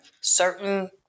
certain